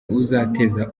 uzateza